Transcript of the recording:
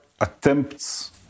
attempts